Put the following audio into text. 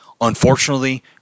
Unfortunately